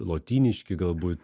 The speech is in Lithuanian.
lotyniški galbūt